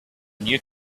new